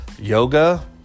Yoga